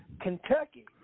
Kentucky